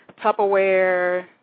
Tupperware